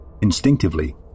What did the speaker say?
Instinctively